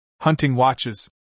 hunting-watches